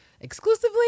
exclusively